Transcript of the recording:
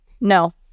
No